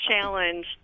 challenge